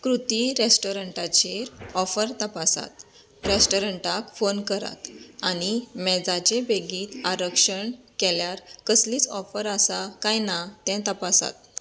कृती रॅस्ट्रोरंटाचेर ऑफर तपासात रॅस्ट्रोरंटाक फोन करात आनी मेजाचें बेगीन आरक्षण केल्यार कसलीच ऑफर आसा काय ना तें तपासात